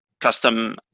custom